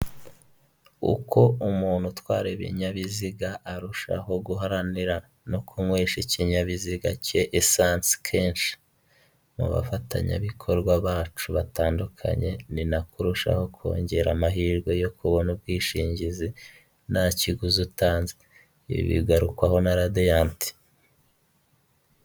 Uko umuntu utwara ibinyabiziga arushaho guharanira no kunywesha ikinyabiziga cye esansi kenshi mu bafatanyabikorwa bacu batandukanye ni nako urushaho kongera amahirwe yo kubona ubwishingizi nta kiguzi utanze ibi bigarukwaho na radiant